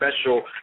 special